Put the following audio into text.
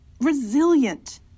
resilient